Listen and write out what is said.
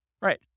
Right